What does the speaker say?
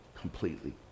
completely